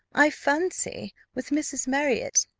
i fancy, with mrs. marriott.